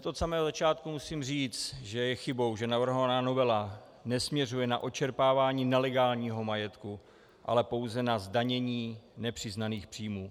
Hned od samého začátku musím říct, že je chybou, že navrhovaná novela nesměřuje na odčerpávání nelegálního majetku, ale pouze na zdanění nepřiznaných příjmů.